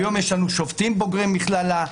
היום יש לנו שופטים בוגרי מכללה,